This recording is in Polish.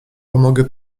pomogę